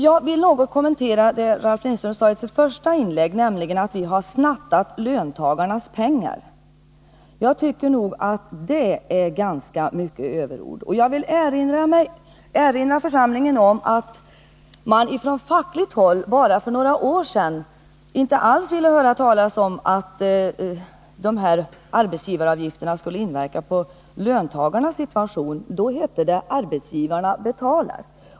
Jag vill något kommentera det som Ralf Lindström sade i sitt första inlägg, nämligen att vi har snattat löntagarnas pengar. Jag tycker att det är ganska mycket överord, och jag vill erinra församlingen om att man från fackligt håll bara för några år sedan inte alls ville höra talas om att de här arbetsgivaravgifterna skulle inverka på löntagarnas situation. Då hette det: Arbetsgivarna betalar.